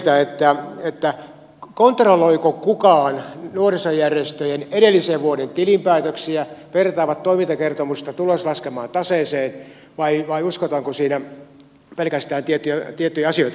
kysyn teiltä kontrolloiko kukaan nuorisojärjestöjen edellisen vuoden tilinpäätöksiä vertaako toimintakertomusta tuloslaskelman taseeseen vai uskotaanko siinä pelkästään tiettyjä asioita